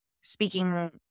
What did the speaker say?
speaking